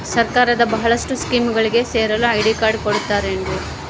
ಸರ್ಕಾರದ ಬಹಳಷ್ಟು ಸ್ಕೇಮುಗಳಿಗೆ ಸೇರಲು ಐ.ಡಿ ಕಾರ್ಡ್ ಕೊಡುತ್ತಾರೇನ್ರಿ?